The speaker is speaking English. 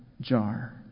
jar